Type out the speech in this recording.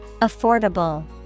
Affordable